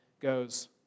goes